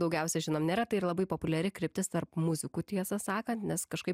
daugiausia žinom nėra tai ir labai populiari kryptis tarp muzikų tiesą sakant nes kažkaip